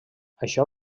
això